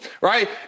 Right